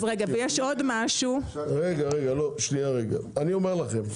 אני אומר לכם,